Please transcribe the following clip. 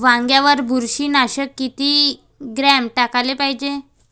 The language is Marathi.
वांग्यावर बुरशी नाशक किती ग्राम टाकाले पायजे?